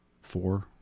four